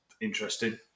interesting